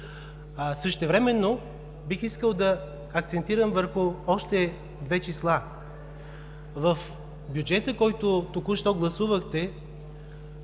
Същевременно бих искал да акцентирам върху още две числа. В бюджета, който току-що гласувахте,